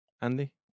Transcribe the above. Andy